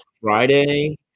Friday